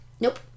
Nope